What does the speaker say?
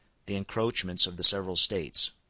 the encroachments of the several states.